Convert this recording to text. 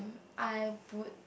I would